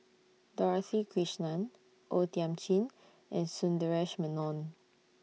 Dorothy Krishnan O Thiam Chin and Sundaresh Menon